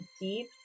deep